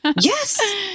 Yes